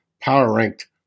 power-ranked